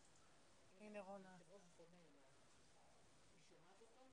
שאלה ראשונה בנוגע לחיילים שמתגייסים